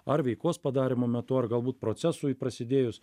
ar veikos padarymo metu ar galbūt procesui prasidėjus